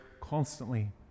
constantly